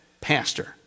pastor